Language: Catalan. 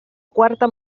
quarta